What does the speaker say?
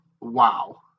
Wow